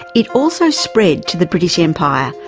it also spread to the british empire,